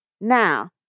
Now